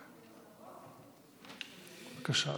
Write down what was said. בבקשה,